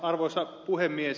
arvoisa puhemies